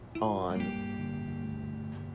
on